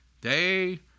Day